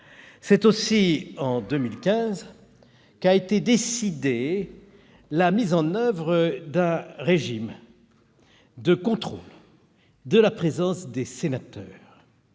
C'est aussi en 2015 qu'a été décidée la mise en oeuvre d'un régime de contrôle de la présence des sénateurs.